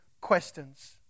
questions